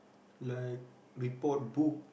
like report book